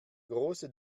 große